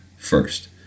First